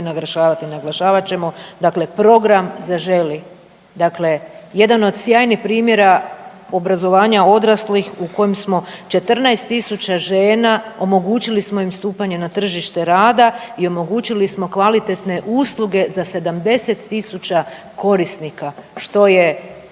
naglašavati i naglašavat ćemo dakle program „Zaželi“ dakle jedan od sjajnih primjera obrazovanja odraslih u kojem smo 14 tisuća žena omogućili smo im stupanje na tržište rada i omogućili smo kvalitetne usluge za 70 tisuća korisnika što je